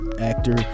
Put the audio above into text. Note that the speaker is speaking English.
Actor